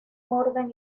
orden